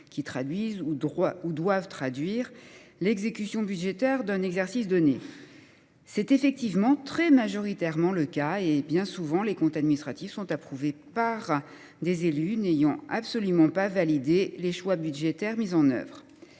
qui doivent traduire l’exécution budgétaire d’un exercice donné. C’est en effet globalement le cas et, bien souvent, les comptes administratifs sont approuvés par des élus n’ayant absolument pas validé les choix budgétaires mis en œuvre.